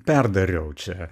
perdariau čia